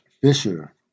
Fisher